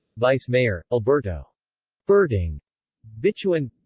vice mayor alberto berting bituin